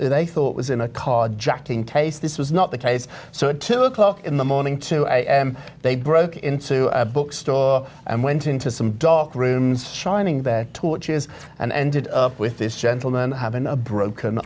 they thought was in a carjacking taste this was not the case so it took off in the morning to they broke into a bookstore and went into some dark rooms shining their torches and ended up with this gentleman having a broken